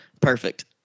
Perfect